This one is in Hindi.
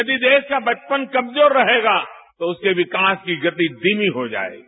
यदि देश का बचपन कमजोर रहेगा तो उसके विकास की गति धीमी हो जाएगी